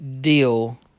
deal